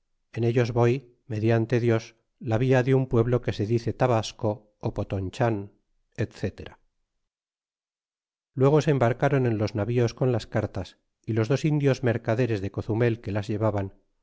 en ellos voy mediante dios la via de un pueblo que se dice tabasco ó potonchan etc luego se embarcron en los navíos con las cartas y los dos indos mercaderes de cozumel que las llevaban